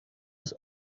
است